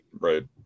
right